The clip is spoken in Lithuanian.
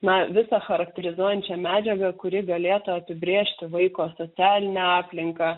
na visa charakterizuojančią medžiagą kuri galėtų apibrėžti vaiko socialinę aplinką